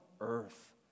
earth